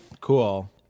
Cool